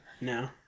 No